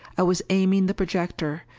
i was aiming the projector.